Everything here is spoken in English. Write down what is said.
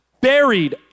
buried